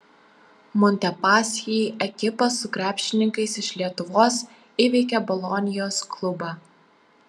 montepaschi ekipa su krepšininkais iš lietuvos įveikė bolonijos klubą